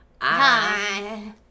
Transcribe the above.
Hi